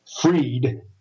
freed